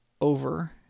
over